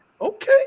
Okay